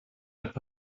etwa